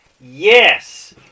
yes